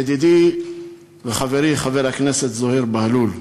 ידידי וחברי חבר הכנסת זוהיר בהלול,